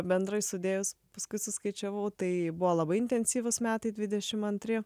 bendrai sudėjus paskui suskaičiavau tai buvo labai intensyvūs metai dvidešim antri